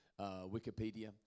Wikipedia